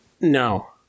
No